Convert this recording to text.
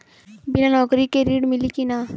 बिना नौकरी के ऋण मिली कि ना?